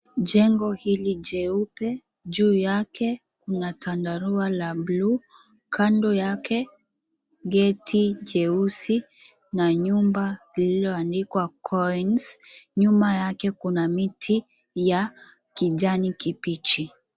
Jengo hili jeupe juu yake kuna tandarua ya blue kando yake geti jeusi na nyumba lililoandikwa Coins nyuma yake kuna mti ya kijani kibichi.